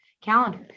calendar